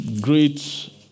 great